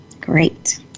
Great